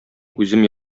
үзем